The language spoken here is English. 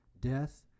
death